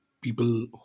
people